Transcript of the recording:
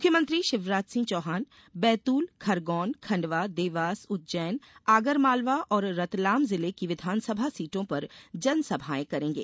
मुख्यमत्रीं शिवराज सिंह चौहान बैतूल खरगोन खंडवा देवास उज्जैन आगरमालवा और रतलाम जिले की विधानसभा सीटों पर जनसभाएं करेंगे